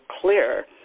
clear